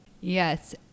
Yes